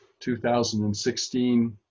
2016